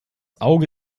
auge